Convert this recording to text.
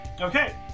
Okay